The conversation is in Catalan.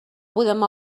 podem